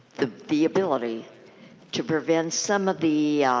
the the ability to prevent some of the